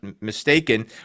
mistaken